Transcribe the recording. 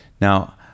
Now